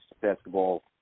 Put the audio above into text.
basketball